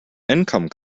income